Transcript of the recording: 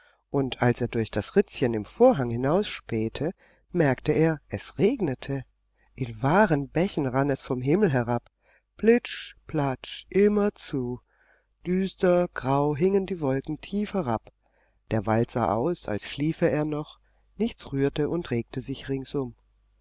und als er durch das ritzchen im vorhang hinausspähte merkte er es regnete in wahren bächen rann es vom himmel herab plitsch platsch immerzu düster grau hingen die wolken tief herab der wald sah aus als schliefe er noch nichts rührte und regte sich ringsum